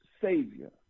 savior